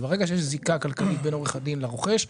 ברגע שיש זיקה כלכלית בין עורך הדין לרוכש,